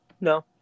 No